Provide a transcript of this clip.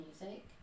music